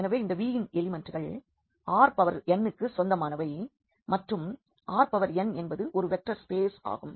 எனவே இந்த Vயின் எலிமெண்ட்கள் Rnக்கு சொந்தமானவை மற்றும் Rn என்பது ஒரு வெக்டர் ஸ்பேஸ் ஆகும்